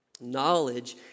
Knowledge